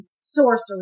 sorcery